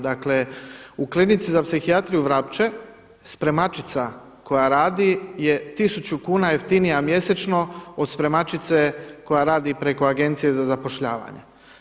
Dakle u Klinici za psihijatriju Vrapče spremačica koja radi je tisuću kuna jeftinija mjesečno od spremačice koja radi preko Agencije za zapošljavanje.